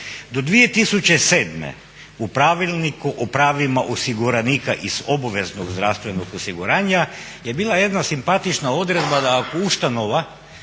Do 2007. u Pravilniku o pravima osiguranika iz obveznog zdravstvenog osiguranja je bila jedna simpatična odredba da ako ustanova